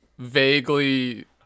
vaguely